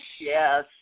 Yes